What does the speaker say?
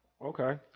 Okay